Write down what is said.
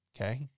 Okay